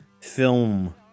film